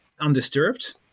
undisturbed